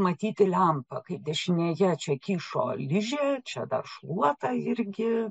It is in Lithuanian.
matyti lempa kai dešinėje čia kįšo ližė čia dar šluota ji irgi